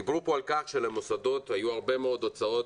דיברו פה על כך שלמוסדות היו הרבה מאוד הוצאות